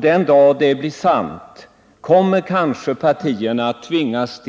Den dag det blir sant kommer kanske partierna att tvingas